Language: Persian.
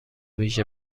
ویژه